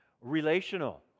Relational